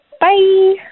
bye